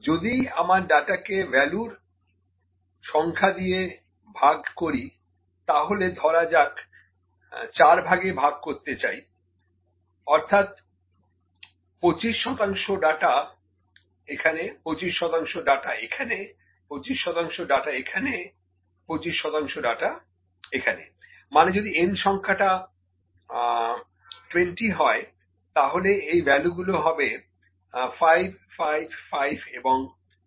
যদি আমার ডাটাকে ভ্যালুর সংখ্যা দিয়ে ভাগ করি তাহলে ধরা যাক 4 ভাগে ভাগ করতে চাই অর্থাৎ25 শতাংশ ডাটা এখানে 25 শতাংশ ডাটা এখানে25 শতাংশ ডাটা এখানে25 শতাংশ ডাটা এখানে মানে যদি n সংখ্যাটা 20 হয় তাহলে এই ভ্যালু গুলো হবে 5 5 5 এবং 5